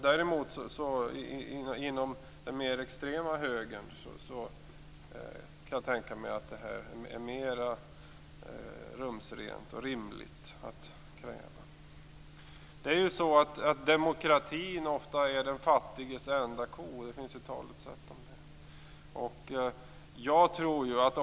Däremot kan jag tänka mig att det är mer rumsrent och rimligt att kräva detta inom den mer extrema högern. Demokratin är ju ofta den fattiges enda ko. Det finns ett talesätt om det.